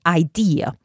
idea